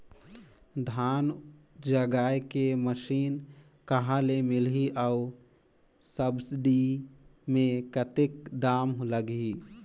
धान जगाय के मशीन कहा ले मिलही अउ सब्सिडी मे कतेक दाम लगही?